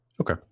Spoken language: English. Okay